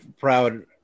proud